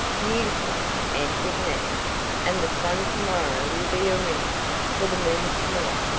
beautifully, answered nat and the sun to-morrow will be a ringer for the moon to-night.